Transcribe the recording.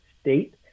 State